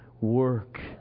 work